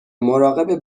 مراقب